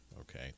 Okay